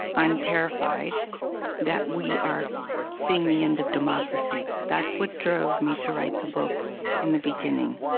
i'm terrified that we are seeing the end of democracy. that's what drove me to write the book in the beginning.